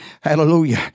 Hallelujah